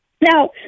Now